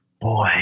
Boy